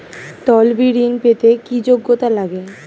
তলবি ঋন পেতে কি যোগ্যতা লাগে?